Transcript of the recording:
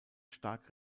stark